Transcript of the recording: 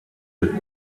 with